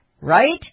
right